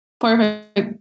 Perfect